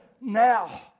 now